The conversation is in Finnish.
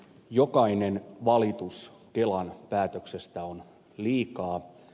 jokainen valitus kelan päätöksestä on liikaa